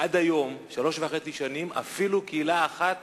עד היום, שלוש שנים וחצי, אפילו קהילה אחת